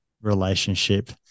relationship